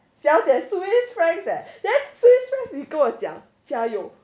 小姐 swiss francs eh then swiss francs 你跟我讲加油